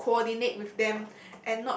have to coordinate with them